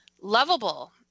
lovable